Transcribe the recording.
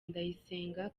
ndayisenga